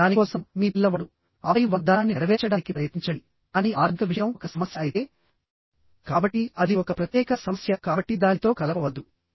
దాని కోసం మీ పిల్లవాడు ఆపై వాగ్దానాన్ని నెరవేర్చడానికి ప్రయత్నించండి కానీ ఆర్థిక విషయం ఒక సమస్య అయితే కాబట్టి అది ఒక ప్రత్యేక సమస్య కాబట్టి దానితో కలపవద్దు